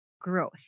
growth